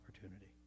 opportunity